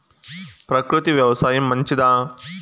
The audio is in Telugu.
ప్రకృతి వ్యవసాయం మంచిదా?